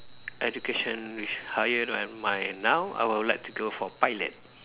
education which higher than my now I would like to go for pilot